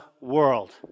world